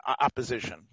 opposition